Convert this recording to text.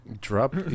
Drop